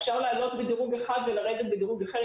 אפשר לעלות בדירוג אחד ולרדת בדירוג אחר,